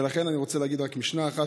ולכן אני רוצה להגיד לך רק משנה אחת